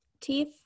teeth